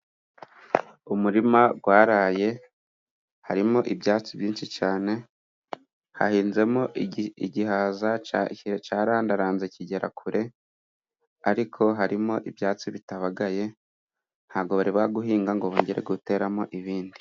Umurima waraye harimo ibyatsi byinshi cyane, hahinzemo igihaza cyarandaranze kigera kure, ariko harimo ibyatsi bitabagaye, ntago bari bawuhinga ngo bongere guteramo ibindi.